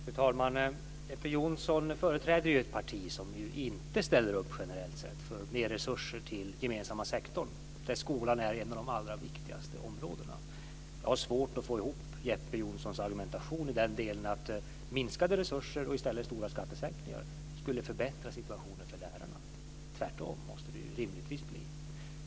Fru talman! Jeppe Johnsson företräder ju ett parti som inte ställer upp, generellt sett, för mer resurser till den gemensamma sektorn, där skolan är ett av de allra viktigaste områdena. Jag har svårt att få ihop Jeppe Johnssons argumentation i den delen att minskade resurser och stora skattesänkningar skulle förbättra situationen för lärarna. Det måste rimligtvis bli tvärtom.